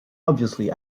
obviously